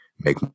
make